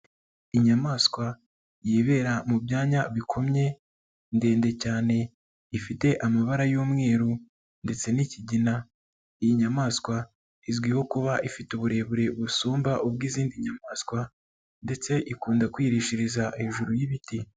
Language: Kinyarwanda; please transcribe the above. Inyamaswa yibera mu byanya bikomye ndende cyane, ifite amabara y'umweru ndetse n'ikigina, iyi nyamaswa izwiho kuba ifite uburebure busumba ubw'izindi nyamaswa ndetse ikunda kwirishiriza hejuru y'ibiti.